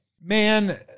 man